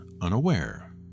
unaware